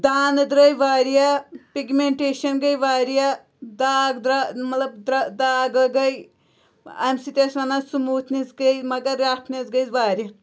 دانہٕ درٛاے واریاہ پِگمٮ۪نٹیشَن گٔے واریاہ داغ درٛا مطلب درٛا داغ گٔے اَمہِ سۭتۍ ٲسۍ وَنان سٕموٗتھنٮ۪س گٔے مگر رفنٮ۪س گٔے واریاہ